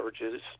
averages